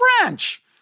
French